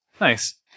Nice